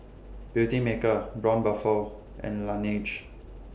Beautymaker Braun Buffel and Laneige